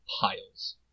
piles